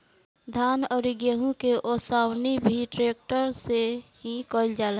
धान अउरी गेंहू के ओसवनी भी ट्रेक्टर से ही कईल जाता